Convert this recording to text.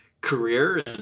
career